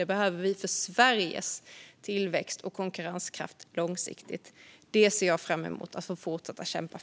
Det behöver vi för Sveriges tillväxt och konkurrenskraft långsiktigt. Detta ser jag fram emot att få fortsätta att kämpa för.